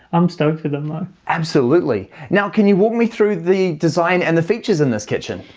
i'm stoked for them though absolutely now, can you walk me through the design and the features in this kitchen?